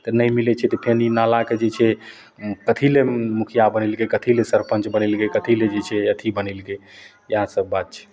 तऽ नहि मिलै छै तऽ फेर ई नालाके जे छै कथीलए मुखिआ बनेलकै कथीलए सरपञ्च बनेलकै कथी ले जे छै अथी बनेलकै इएहसब बात छै